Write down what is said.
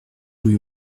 rue